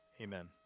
amen